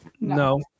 No